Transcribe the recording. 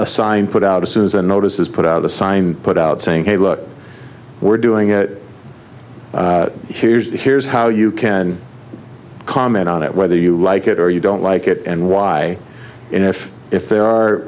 a sign put out as soon as a notice is put out a sign put out saying hey look we're doing it here's the here's how you can comment on it whether you like it or you don't like it and why and if if there are